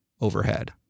overhead